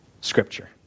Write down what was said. scripture